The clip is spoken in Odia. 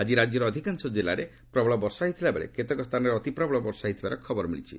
ଆଜି ରାଜ୍ୟର ଅଧିକାଂଶ ଜିଲ୍ଲାରେ ପ୍ରବଳ ବର୍ଷା ହୋଇଥିବା ବେଳେ କେତେକ ସ୍ଥାନରେ ଅତିପ୍ରବଳ ବର୍ଷା ହୋଇଥିବାର ଖବର ମିଳିଛି